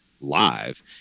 live